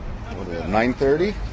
9.30